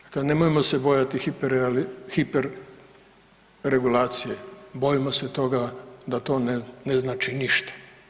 Dakle, nemojmo se bojat hiper regulacije, bojim se toga da to ne znači ništa.